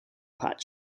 pat